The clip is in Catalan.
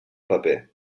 paper